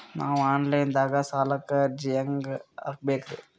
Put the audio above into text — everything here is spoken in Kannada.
ನಾವು ಆನ್ ಲೈನ್ ದಾಗ ಸಾಲಕ್ಕ ಅರ್ಜಿ ಹೆಂಗ ಹಾಕಬೇಕ್ರಿ?